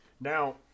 Now